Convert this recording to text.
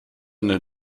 eine